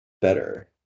better